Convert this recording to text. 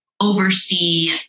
oversee